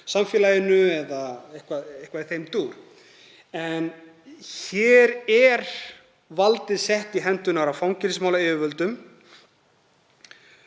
samfélaginu eða eitthvað í þeim dúr. En hér er valdið sett í hendurnar á fangelsismálayfirvöldum